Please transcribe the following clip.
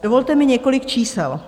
Dovolte mi několik čísel.